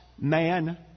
man